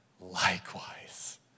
likewise